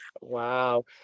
Wow